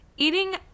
Eating